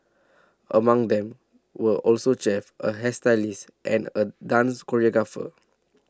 among them were also chefs a hairstylist and a dance choreographer